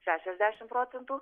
šešiasdešim procentų